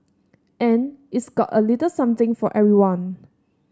and it's got a little something for everyone